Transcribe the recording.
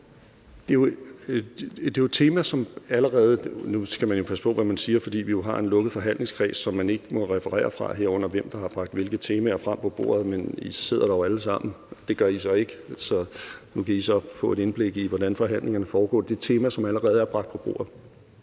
siger, fordi vi har en lukket forhandlingskreds, som man ikke må referere fra, herunder hvem der har bragt hvilke temaer frem på bordet, men I sidder der jo alle sammen – det gør I i Enhedslisten så ikke, så nu kan I så få et indblik i, hvordan forhandlingerne foregår. Men altså, det er et tema, der allerede er bragt på bordet.